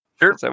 Sure